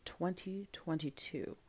2022